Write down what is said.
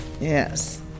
Yes